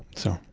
so,